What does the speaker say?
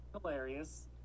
hilarious